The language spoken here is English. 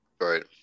Right